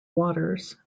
waters